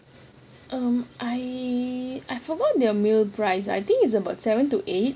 um I I forgot their meal price I think is about seven to eight